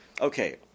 Okay